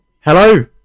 Hello